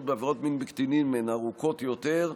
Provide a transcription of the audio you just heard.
בעבירות מין בקטינים הן ארוכות יותר.